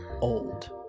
old